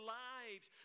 lives